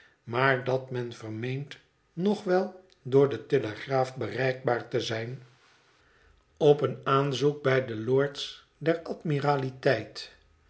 maar dat men vermeent nog wel door de telegraaf bereikbaar te zijn op een aanzoek bij de lords der admiraliteit